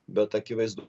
bet akivaizdu